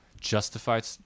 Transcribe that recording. justified